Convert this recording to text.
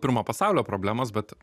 pirmo pasaulio problemos bet